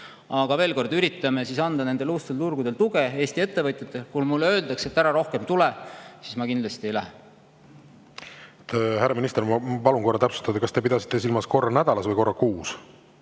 Aga veel kord, me üritame anda nendel uutel turgudel tuge Eesti ettevõtjatele. Kui mulle öeldakse, et ära rohkem tule, siis ma kindlasti ei lähe. Härra minister, ma palun korra täpsustada, kas te pidasite silmas korra nädalas või korra kuus?